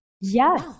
yes